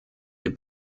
dem